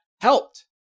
helped